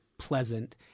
pleasant